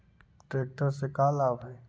Tractor से का लाभ है?